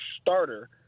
starter